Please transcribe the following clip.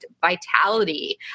vitality